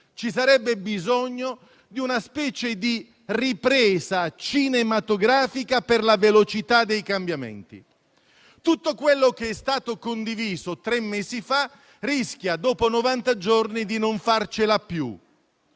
Vi sarebbe bisogno di una specie di ripresa cinematografica per la velocità dei cambiamenti. Tutto quello che è stato condiviso tre mesi fa rischia, dopo novanta giorni, di non resistere più.